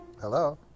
Hello